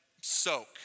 soak